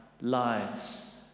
lies